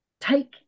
take